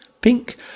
pink